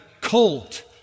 colt